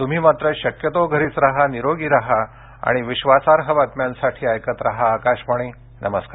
तुम्ही मात्र शक्यतो घरीच राहा निरोगी राहा आणि विश्वासार्ह बातम्यांसाठी ऐकत राहा आकाशवाणी नमस्कार